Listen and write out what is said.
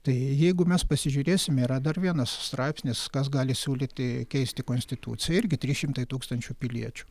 tai jeigu mes pasižiūrėsime yra dar vienas straipsnis kas gali siūlyti keisti konstituciją irgi trys šimtai tūkstančių piliečių